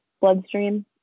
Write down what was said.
bloodstream